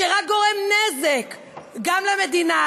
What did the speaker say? שרק גורם נזק גם למדינה,